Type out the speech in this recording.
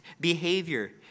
behavior